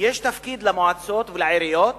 יש תפקיד למועצות ולעיריות